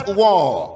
wall